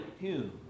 Hume